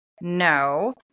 no